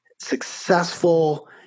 successful